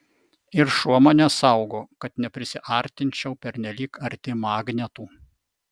ir šuo mane saugo kad neprisiartinčiau pernelyg arti magnetų